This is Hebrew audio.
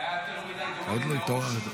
עוד לא התעוררתי.